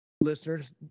Listeners